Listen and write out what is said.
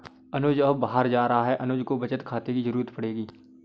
अनुज अब बाहर जा रहा है अनुज को बचत खाते की जरूरत पड़ेगी